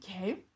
okay